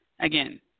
again